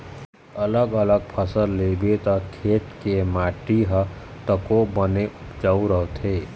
अलग अलग फसल लेबे त खेत के माटी ह तको बने उपजऊ रहिथे